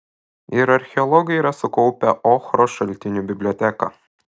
ir archeologai yra sukaupę ochros šaltinių biblioteką